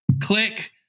Click